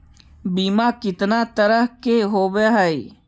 बीमा कितना तरह के होव हइ?